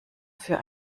für